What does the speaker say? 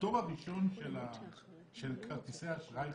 הפטור הראשון של כרטיסי האשראי,